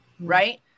Right